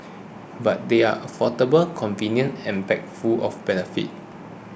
but they are affordable convenient and packed full of benefits